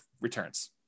returns